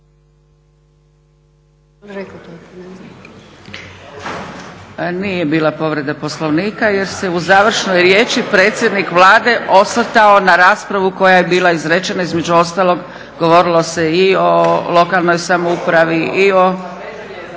Nije bila povreda Poslovnika jer se u završnoj riječi predsjednik Vlade osvrtao na raspravu koja je bila izrečena. Između ostalog govorilo se i o lokalnoj samoupravi, nije